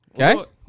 Okay